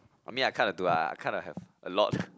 I mean I kinda do ah I kinda have a lot